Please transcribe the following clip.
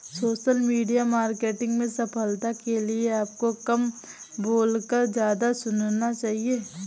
social media marketing में सफलता के लिए आपको कम बोलकर ज्यादा सुनना चाहिए